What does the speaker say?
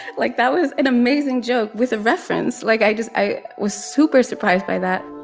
like, that was an amazing joke with a reference. like, i just i was super surprised by that.